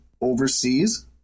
overseas